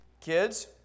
Kids